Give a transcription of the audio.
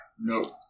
No